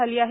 झाली आहे